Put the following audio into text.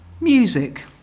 Music